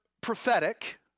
prophetic